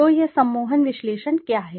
तो यह सम्मोहन विश्लेषण क्या है